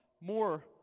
more